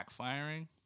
backfiring